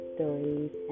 Stories